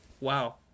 wow